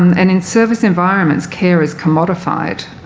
and in service environments, carers can modify it,